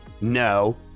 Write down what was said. No